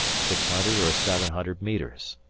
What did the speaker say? six hundred or seven hundred metres.